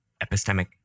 epistemic